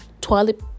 toilet